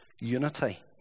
unity